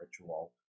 ritual